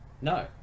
No